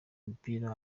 umupira